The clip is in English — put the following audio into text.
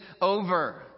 over